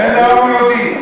אין לאום יהודי.